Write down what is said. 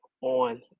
on